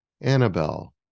Annabelle